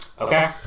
Okay